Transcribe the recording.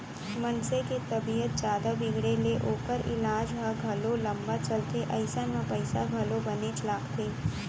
मनसे के तबीयत जादा बिगड़े ले ओकर ईलाज ह घलौ लंबा चलथे अइसन म पइसा घलौ बनेच लागथे